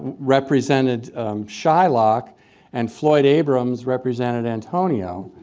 represented shylock and floyd abrams represented antonio.